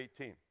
18